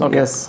yes